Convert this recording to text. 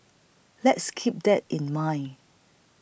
let's keep that in mind